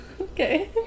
Okay